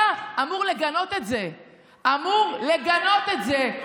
אתה אמור לגנות את זה, אמור לגנות את זה.